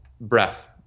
breath